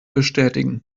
bestätigen